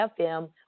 FM